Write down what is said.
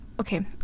Okay